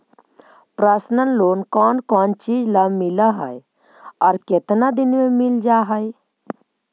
Personal loan कोन कोन चिज ल मिल है और केतना दिन में मिल जा है?